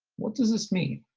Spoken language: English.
what does this mean?